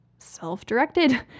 self-directed